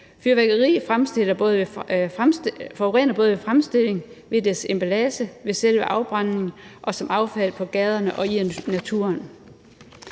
Fyrværkeri forurener både ved fremstilling, ved dets emballage, ved selve afbrændingen og som affald på gaderne og i naturen.